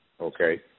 Okay